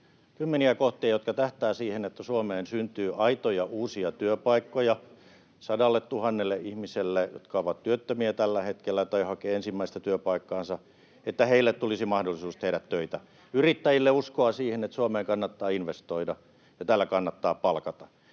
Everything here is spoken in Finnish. kymmeniä kohtia, jotka tähtäävät siihen, että Suomeen syntyy aitoja uusia työpaikkoja sadalletuhannelle ihmiselle, jotka ovat työttömiä tällä hetkellä tai hakevat ensimmäistä työpaikkaansa, että heille tulisi mahdollisuus tehdä töitä, ja yrittäjille uskoa siihen, että Suomeen kannattaa investoida ja täällä kannattaa palkata.